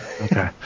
Okay